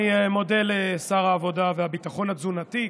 אני מודה לשר העבודה והביטחון התזונתי.